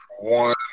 One